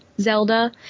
Zelda